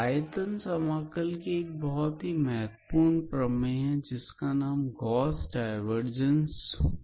आयतन समाकल की एक बहुत ही महत्वपूर्ण प्रमेय हैं जिसका नाम गॉस डाइवर्जंस प्रमेय है